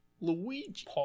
Luigi